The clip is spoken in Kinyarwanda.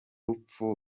rupfu